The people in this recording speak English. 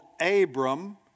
Abram